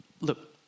look